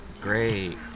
Great